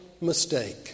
mistake